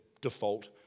default